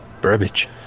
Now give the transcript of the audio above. Burbage